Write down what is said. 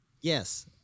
yes